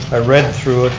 i read through